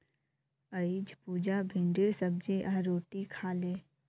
अईज पुजा भिंडीर सब्जी आर रोटी खा ले